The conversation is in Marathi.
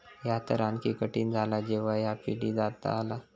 ह्या तर आणखी कठीण झाला जेव्हा ह्या पिढीजात झाला